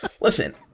Listen